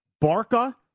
Barca